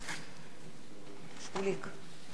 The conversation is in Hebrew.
(חברי הכנסת מכבדים בקימה את צאת נשיא המדינה מאולם המליאה.)